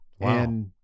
Wow